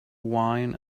wine